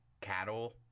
cattle